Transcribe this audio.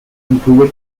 incluye